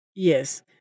Yes